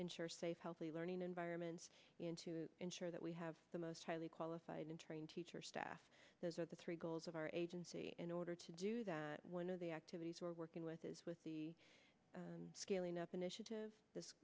ensure safe healthy learning environments ensure that we have the most highly qualified and trained teacher staff those are the three goals of our agency in order to do that one of the activities we're working with is with the scaling up initiative th